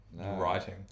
writing